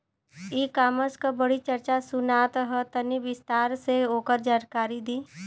ई कॉमर्स क बड़ी चर्चा सुनात ह तनि विस्तार से ओकर जानकारी दी?